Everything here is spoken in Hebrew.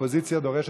האופוזיציה דורשת,